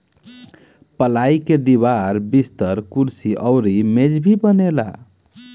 पलाई के दीवार, बिस्तर, कुर्सी अउरी मेज भी बनेला